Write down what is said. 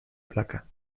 placa